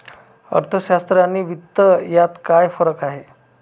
अर्थशास्त्र आणि वित्त यात काय फरक आहे